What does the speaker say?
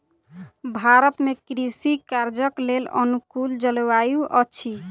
भारत में कृषि कार्यक लेल अनुकूल जलवायु अछि